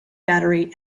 battery